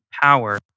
power